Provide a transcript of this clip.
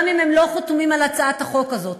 גם אם הם לא חתומים על הצעת החוק הזאת.